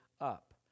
up